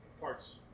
parts